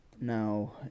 Now